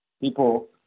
people